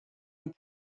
and